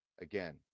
Again